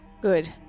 good